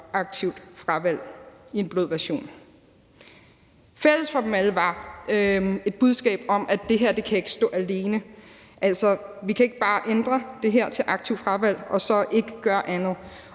aktivt fravalg i en blød version. Fælles for dem alle var et budskab om, at det her ikke kan stå alene, altså at vi ikke bare kan ændre det her til aktivt fravalg og så ikke gøre andet.